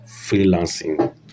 freelancing